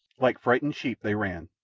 like frightened sheep they ran,